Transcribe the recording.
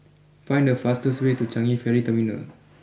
find the fastest way to Changi Ferry Terminal